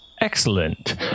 excellent